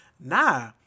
Nah